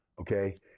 Okay